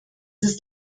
ist